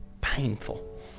painful